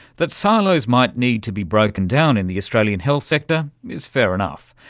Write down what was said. that silos might need to be broken down in the australian health sector is fair enough,